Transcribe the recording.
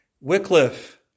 Wycliffe